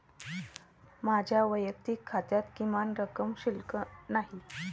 माझ्या वैयक्तिक खात्यात किमान रक्कम शिल्लक नाही